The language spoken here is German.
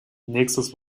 nächstes